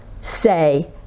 say